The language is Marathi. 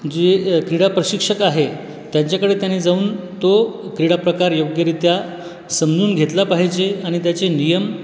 जे क्रीडाप्रशिक्षक आहे त्यांच्याकडे त्यांनी जाऊन तो क्रीडाप्रकार योग्यरीत्या समजून घेतला पाहिजे आणि त्याचे नियम